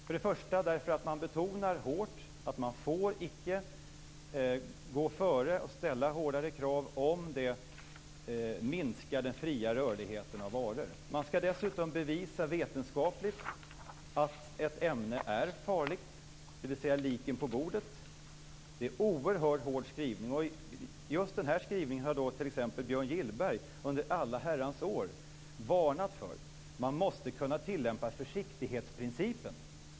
För det första betonas det hårt att man icke får gå före och ställa hårdare krav om det minskar den fria rörligheten av varor. För det andra skall man bevisa vetenskapligt att ett ämne är farligt, dvs. liken på bordet. Det är en oerhört hård skrivning. Just den skrivningen har t.ex. Björn Gillberg varnat för under alla år. Man måste kunna tillämpa försiktighetsprincipen.